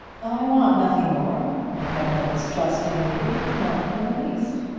i want nothing more. i have no distrust in you none in the least.